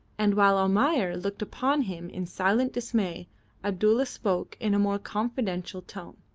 and while almayer looked upon him in silent dismay abdulla spoke in a more confidential tone,